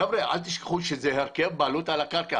חבר'ה, אל תשכחו שזה הרכב הבעלות על הקרקע.